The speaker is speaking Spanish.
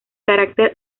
carácter